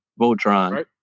Voltron